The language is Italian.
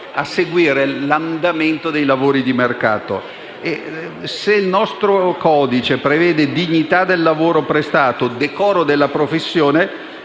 a seguire l'andamento dei lavori di mercato. Se il nostro codice prevede dignità del lavoro prestato e decoro della professione,